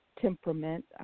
temperament